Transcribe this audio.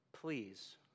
please